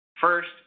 First